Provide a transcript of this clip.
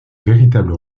véritable